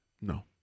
No